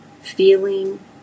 feeling